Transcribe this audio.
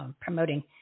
promoting